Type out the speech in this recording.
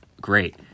great